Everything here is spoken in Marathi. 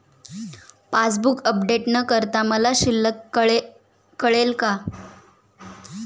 पासबूक अपडेट न करता मला शिल्लक कळेल का?